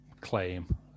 claim